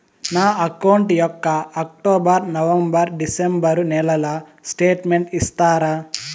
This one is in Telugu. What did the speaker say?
నా అకౌంట్ యొక్క అక్టోబర్, నవంబర్, డిసెంబరు నెలల స్టేట్మెంట్ ఇస్తారా?